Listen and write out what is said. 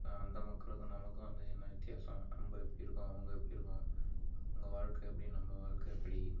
அந்த மக்களுக்கும் நமக்கும் வந்து என்ன வித்தியாசம் நம்ம எப்படி இருக்கோம் அவங்க எப்படி இருக்கோம் அவங்க வாழ்க்கை எப்படி நம்ம வாழ்க்கை எப்படி